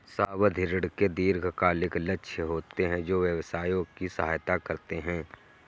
सावधि ऋण के दीर्घकालिक लक्ष्य होते हैं जो व्यवसायों की सहायता करते हैं